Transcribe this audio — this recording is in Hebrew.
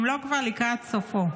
אם לא כבר לקראת סופו.